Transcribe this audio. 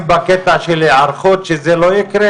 וזה קורה